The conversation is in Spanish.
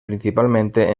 principalmente